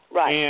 Right